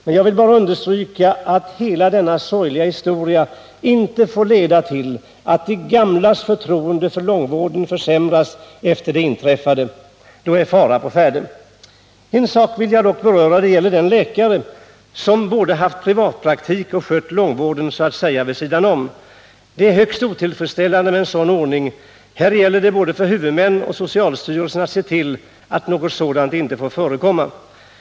Men jag vill bara understryka att hela denna sorgliga historia inte får leda till att de gamlas förtroende för långvården försämras. Då är det fara å färde. En sak vill jag dock beröra. Det gäller den läkare som både haft privatpraktik och skött långvården så att säga vid sidan om. Det är högst otillfredsställande med en sådan ordning. Här gäller det för både huvudmännen och socialstyrelsen att se till att något sådant inte får förekomma.